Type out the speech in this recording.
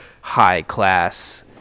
high-class